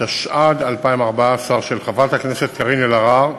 התשע"ד 2014, של חברת הכנסת קארין אלהרר,